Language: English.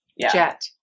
Jet